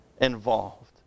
involved